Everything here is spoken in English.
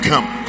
Come